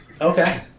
Okay